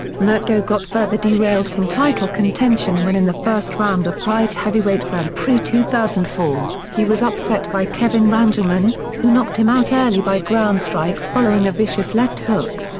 mirko got further derailed from title contention when in the first round of pride heavyweight grand prix two thousand and he was upset by kevin randleman, who knocked him out early by ground strikes following a vicious left hook.